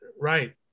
right